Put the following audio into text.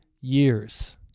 years